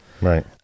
right